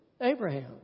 Abraham